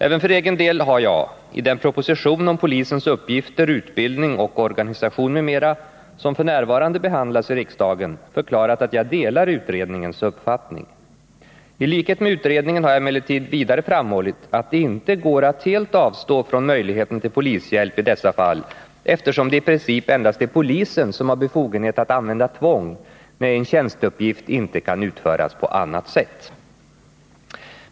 Även för egen del har jag, i den proposition om polisens uppgifter, utbildning och organisation m.m. som f. n. behandlas i riksdagen, förklarat att jag delar utredningens uppfattning. I likhet med utredningen har jag emellertid vidare framhållit att det inte går att helt avstå från möjligheten till polishjälp i dessa fall, eftersom det i princip endast är polisen som har befogenhet att använda tvång när en tjänsteuppgift inte kan utföras på annat sätt.